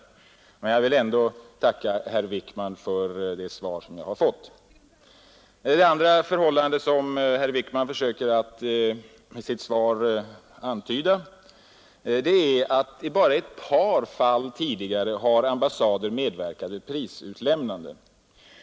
Men jag vill ändå tacka herr Wickman för det svar som jag har fått. Det andra förhållande som herr Wickman försöker antyda i sitt svar är att ambassader i bara ett par fall tidigare medverkat vid prisutlämnande.